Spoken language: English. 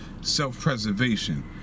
Self-preservation